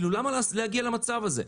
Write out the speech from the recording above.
למה להגיע למצב הזה?